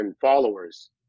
followers